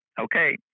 okay